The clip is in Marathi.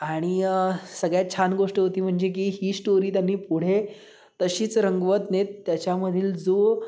आणि सगळ्यात छान गोष्ट होती म्हणजे की ही स्टोरी त्यांनी पुढे तशीच रंगवत नेत त्याच्यामधील जो